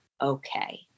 okay